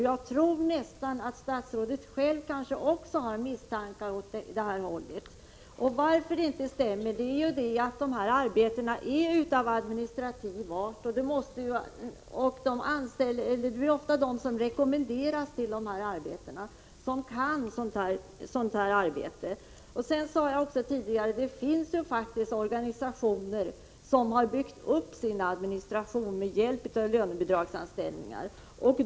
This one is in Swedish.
Jag tror nästan att statsrådet själv har misstankar åt det hållet. Att det inte stämmer beror på att dessa arbeten är av administrativ art. De som rekommenderas till dessa tjänster är oftast sådana som kan administrativt arbete. Som jag sade tidigare finns det faktiskt organisationer som har byggt upp sin administration med hjälp av lönebidragsanställningar.